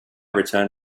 return